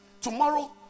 tomorrow